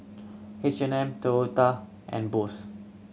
H and M Toyota and Bose